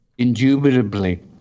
Indubitably